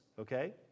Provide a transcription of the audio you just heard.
okay